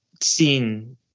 seen